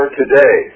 today